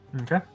Okay